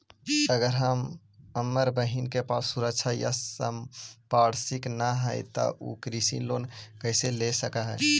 अगर हमर बहिन के पास सुरक्षा या संपार्श्विक ना हई त उ कृषि लोन कईसे ले सक हई?